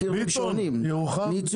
ביטון, על ירוחם דיברנו.